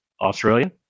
Australia